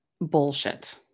bullshit